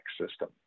system